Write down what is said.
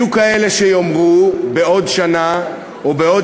יהיו כאלה שיאמרו בעוד שנה או בעוד